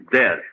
dead